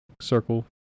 circle